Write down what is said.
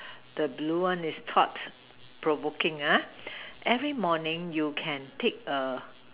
the blue and this talk problem working la every morning you can take err